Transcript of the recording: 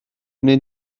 wnei